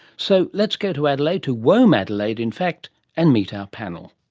so let's go to adelaide, to womadelaide in fact and meet our panel.